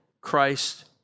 Christ